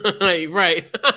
right